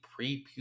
prepubescent